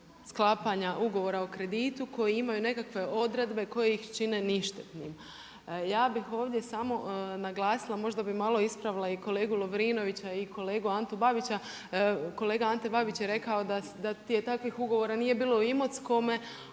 sklapanja ugovora o kreditu koji imaju nekakve odredbe koje ih čini ništetnim. Ja bih ovdje samo naglasila, možda bi malo ispravila i kolegu Lovrinovića i kolegu Antu Babića. Kolega Ante Babić je rekao da takvih ugovora nije bilo u Imotskome,